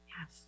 Yes